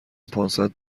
پانصد